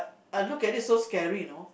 I look at it so scary you know